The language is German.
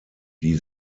die